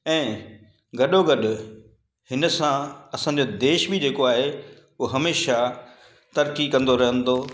ऐं गॾोगॾु हिनसां असांजो देश बि जेको आहे उहो हमेशह तरक़ी कंदो रहंदो